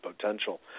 potential